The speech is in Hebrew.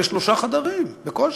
בשלושה חדרים בקושי.